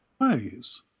ways